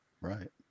right